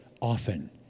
often